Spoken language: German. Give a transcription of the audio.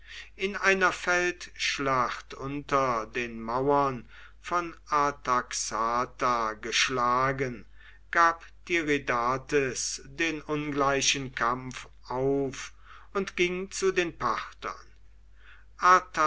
in einer feldschlacht unter den mauern von artaxata geschlagen gab tiridates den ungleichen kampf auf und ging zu den parthern